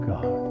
God